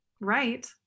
right